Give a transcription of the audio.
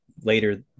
later